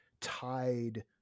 tied